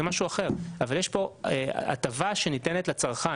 זה משהו אחר אבל יש כאן הטבה שניתנת לצרכן.